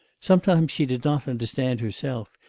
sometimes she did not understand herself,